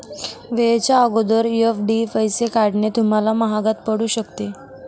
वेळेच्या अगोदर एफ.डी पैसे काढणे तुम्हाला महागात पडू शकते